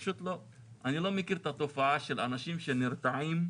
אני לא מכיר את התופעה של אנשים שנרתעים.